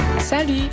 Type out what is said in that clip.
Salut